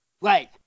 Right